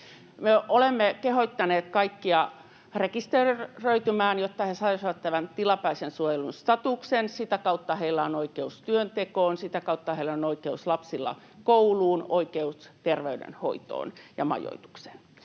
olemme kehottaneet kaikkia rekisteröitymään, jotta he saisivat tämän tilapäisen suojelun statuksen. Sitä kautta heillä on oikeus työntekoon, sitä kautta lapsilla on oikeus kouluun, heillä on oikeus terveydenhoitoon ja majoitukseen.